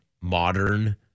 modern